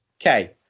Okay